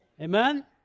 Amen